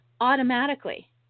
automatically